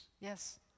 Yes